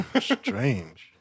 Strange